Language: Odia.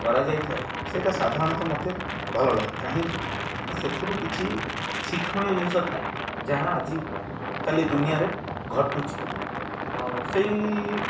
କରାଯାଇ ଥାଏ ସେଇଟା ସାଧାରଣତଃ ମତେ ଭଲ ଲାଗେ କାହିଁକି ନା ସେଥିରୁ କିଛି ଶିକ୍ଷଣୀୟ ଜିନିଷ ଥାଏ ଯାହା ଆଜିିକାଲି ଦୁନିଆରେ ଘଟୁଛି ଆଉ ସେଇ